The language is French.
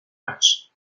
matchs